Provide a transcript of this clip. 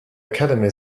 academy